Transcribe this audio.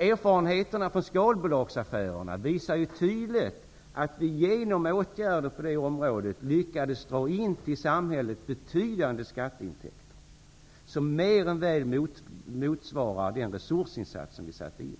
Erfarenheterna från skalbolagsaffärerna visar tydligt att vi genom åtgärder på det området lyckats få betydande skatteintäkter tilll samhället, som mer än väl motsvarar den resursinsats som vi satte in.